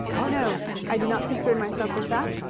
no i did not concern myself with that,